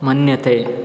मन्यते